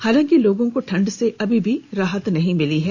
हालांकि लोगों को ठंड से अभी राहत नहीं मिली है